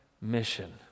mission